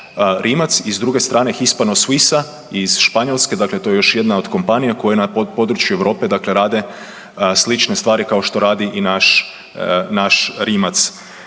Rimac i s druge strane Hispano-Suiza iz Španjolske dakle to je još jedna od kompanija koja na području Europe rade slične stvari kao što radi i naš Rimac.